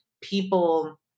people